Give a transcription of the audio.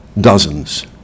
dozens